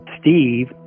Steve